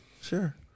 sure